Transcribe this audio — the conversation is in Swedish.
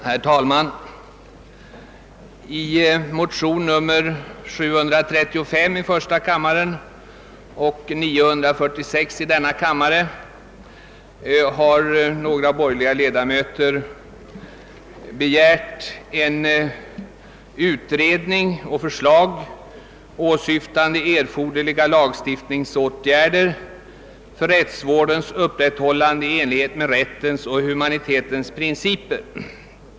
Herr talman! I motionsparet I:735 och II: 946 har några borgerliga ledamöter hemställt att riksdagen måtte hos Kungl. Maj:t anhålla om utredning och förslag åsyftande erforderliga lagstiftningsåtgärder för rättsvårdens upprätthållande i enlighet med rättens och humanitetens principer.